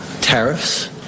tariffs